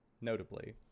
notably